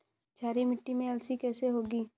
क्षारीय मिट्टी में अलसी कैसे होगी?